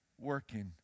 working